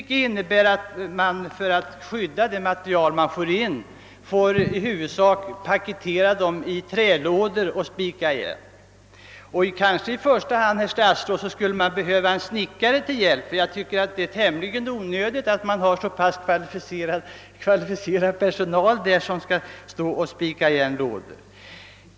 Detta medför att man för att skydda materialet måste packa det i trälådor som spikas igen. Vad man kanske i första hand behövde, herr talman, vore en snickare. Jag tycker nämligen att det är onödigt att så pass kvalificerad personal står och spikar igen lådor.